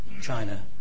China